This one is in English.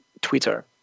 Twitter